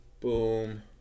Boom